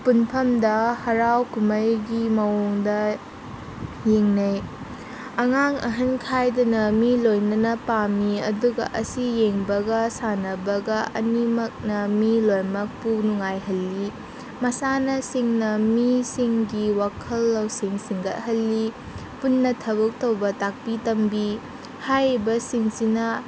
ꯄꯨꯟꯐꯟꯗ ꯍꯔꯥꯎ ꯀꯨꯝꯍꯩꯒꯤ ꯃꯑꯣꯡꯗ ꯌꯦꯡꯅꯩ ꯑꯉꯥꯡ ꯑꯍꯜ ꯈꯥꯏꯗꯅ ꯃꯤ ꯂꯣꯏꯅꯅ ꯄꯥꯝꯃꯤ ꯑꯗꯨꯒ ꯑꯁꯤ ꯌꯦꯡꯕꯒ ꯁꯥꯟꯅꯕꯒ ꯑꯅꯤꯃꯛꯅ ꯃꯤ ꯂꯣꯏꯃꯛꯄꯨ ꯅꯨꯡꯉꯥꯏꯍꯜꯂꯤ ꯃꯁꯥꯟꯅꯁꯤꯡꯅ ꯃꯤꯁꯤꯡꯒꯤ ꯋꯥꯈꯜ ꯂꯧꯁꯤꯡ ꯁꯤꯡꯒꯠꯍꯜꯂꯤ ꯄꯨꯟꯅ ꯊꯕꯛ ꯇꯧꯕ ꯇꯥꯛꯄꯤ ꯇꯝꯕꯤ ꯍꯥꯏꯔꯤꯕꯁꯤꯡꯁꯤꯅ